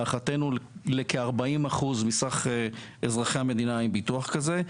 להערכתנו לכ-40% מסך אזרחי המדינה יש ביטוח כזה,